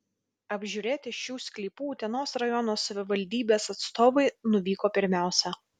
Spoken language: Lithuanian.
apžiūrėti šių sklypų utenos rajono savivaldybės atstovai nuvyko pirmiausia